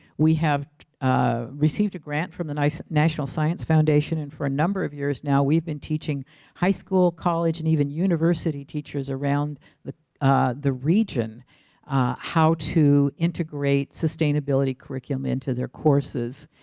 we have ah received a grant from the national science foundation and for a number of years now we've been teaching high school, college and even university teachers around the the region how to integrate sustainability curriculum into their courses